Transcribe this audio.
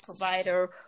provider